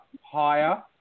higher